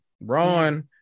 Ron